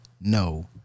no